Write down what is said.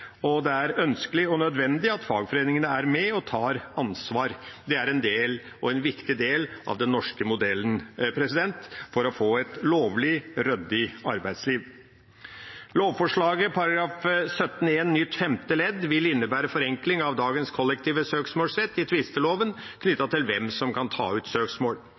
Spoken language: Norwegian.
Det er ønskelig og nødvendig at fagforeningene er med og tar ansvar. Det er en viktig del av den norske modellen for å få et lovlig, ryddig arbeidsliv. Lovforslaget § 17-1 nytt femte ledd vil innebære en forenkling av dagens kollektive søksmålsrett i tvisteloven knyttet til hvem som kan ta ut søksmål.